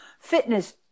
fitness